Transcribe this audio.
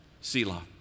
Selah